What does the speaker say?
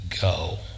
go